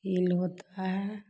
तिल होता है